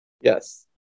yes